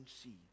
see